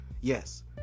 Yes